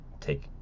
take